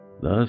Thus